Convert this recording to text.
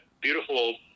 beautiful